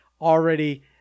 already